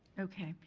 okay.